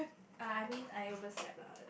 err I mean I overslept lah